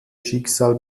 schicksal